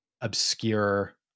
obscure